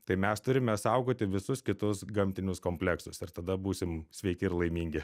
tai mes turime saugoti visus kitus gamtinius kompleksus ir tada būsim sveiki ir laimingi